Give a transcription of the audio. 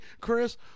Chris